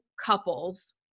couples